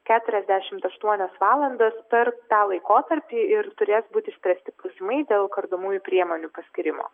keturiasdešimt aštuonios valandos per tą laikotarpį ir turės būt išspręsti klausimai dėl kardomųjų priemonių paskyrimo